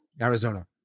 Arizona